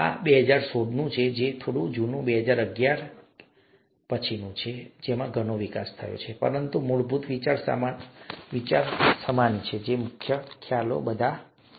આ 2016 છે થોડું જૂનું 2011 તેથી તે પછી ઘણો વિકાસ થયો છે પરંતુ મૂળભૂત વિચાર સમાન છે મૂળભૂત ખ્યાલો બધા સમાન છે